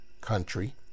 country